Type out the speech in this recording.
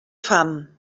fam